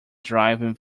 driving